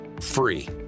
free